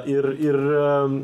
ir ir